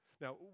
Now